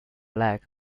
lack